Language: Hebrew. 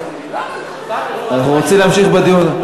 אנחנו רוצים להמשיך בדיון.